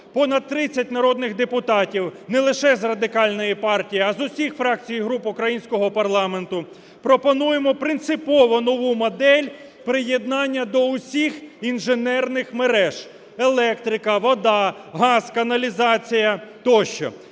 понад 30 народних депутатів не лише з Радикальної партії, а з усіх фракцій і груп українського парламенту, пропонуємо принципово нову модель приєднання до усіх інженерних мереж: електрика, вода, газ, каналізація тощо.